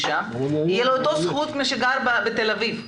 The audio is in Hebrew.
תהיה לו את אותו הזכות של מי שגר בתל אביב.